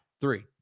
Three